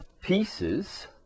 pieces